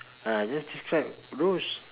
uh just describe Roz